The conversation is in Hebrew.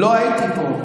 לא הייתי פה.